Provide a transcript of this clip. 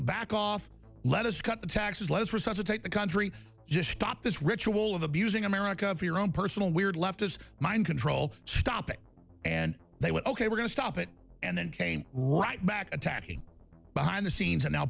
back off let us cut the taxes let's resuscitate the country just stop this ritual of abusing america for your own personal weird left us mind control to stop it and they would ok we're going to stop it and then came right back attacking behind the scenes and now